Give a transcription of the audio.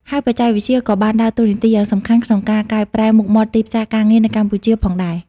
ហើយបច្ចេកវិទ្យាក៏បានដើរតួនាទីយ៉ាងសំខាន់ក្នុងការកែប្រែមុខមាត់ទីផ្សារការងារនៅកម្ពុជាផងដែរ។